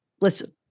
listen